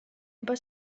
juba